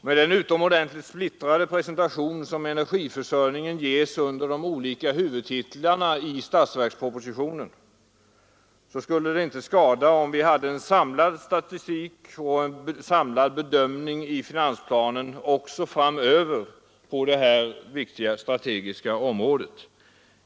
Med den utomordentligt splittrade presentation som energiförsörjningen ges under de olika huvudtitlarna i statsverkspropositionen skulle det inte skada om vi hade en samlad statistik och en samlad bedömning i finansplanen också framöver på det här viktiga strategiska området.